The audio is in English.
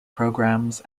programs